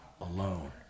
alone